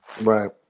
Right